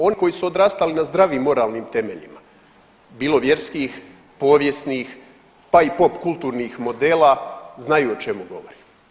Oni koji su odrastali na zdravim moralnim temeljima bilo vjerskih, povijesnih, pa i pop kulturnih modela znaju o čemu govorim.